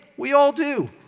we all do.